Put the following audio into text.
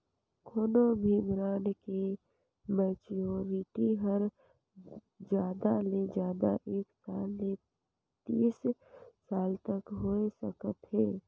कोनो भी ब्रांड के मैच्योरिटी हर जादा ले जादा एक साल ले तीस साल तक होए सकत हे